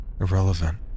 irrelevant